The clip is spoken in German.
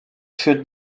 für